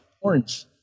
orange